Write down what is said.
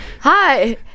Hi